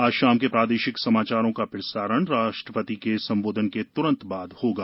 आज शाम के प्रादेशिक समाचारों का प्रसारण राष्ट्रपति के संबोधन के तुरन्त बाद होगा